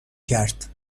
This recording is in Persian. کرد